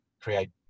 create